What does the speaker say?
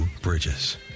Bridges